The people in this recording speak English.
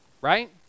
right